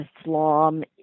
Islam